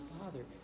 Father